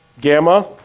gamma